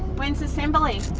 when's assembly?